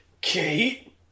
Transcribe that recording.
Kate